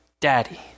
Daddy